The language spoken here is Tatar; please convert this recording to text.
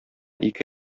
ике